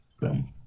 boom